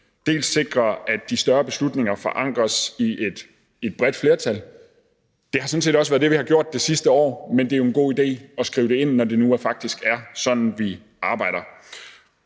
vi sikrer, at de større beslutninger forankres i et bredt flertal. Det har sådan set også været det, vi har gjort det sidste år, men det er en god idé at skrive det ind, når det nu faktisk er sådan, vi arbejder.